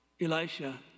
Elisha